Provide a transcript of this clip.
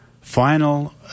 final